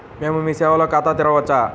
మేము మీ సేవలో ఖాతా తెరవవచ్చా?